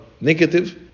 negative